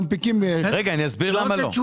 אני אסביר למה לא.